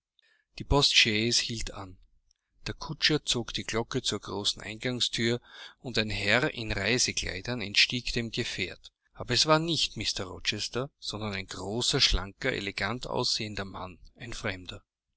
die postchaise hielt an der kutscher zog die glocke zur großen eingangsthür und ein herr in reisekleidern entstieg dem gefährt aber es war nicht mr rochester sondern ein großer schlanker elegant aussehender mann ein fremder